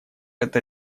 это